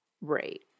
Right